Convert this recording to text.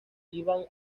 iban